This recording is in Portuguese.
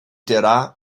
terá